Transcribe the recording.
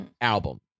album